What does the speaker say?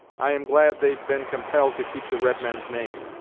i am glad they've been compelled to keep the redmen's name,